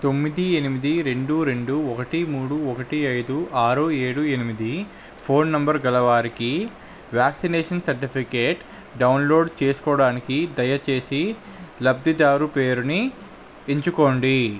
తొమ్మిది ఎనిమిది రెండు రెండు ఒకటి మూడు ఒకటి ఐదు ఆరు ఏడు ఎనిమిది ఫోన్ నంబర్ గలవారికి వ్యాక్సినేషన్ సర్టిఫికేట్ డౌన్లోడ్ చేసుకోడానికి దయచేసి లబ్ధిదారు పేరుని ఎంచుకోండి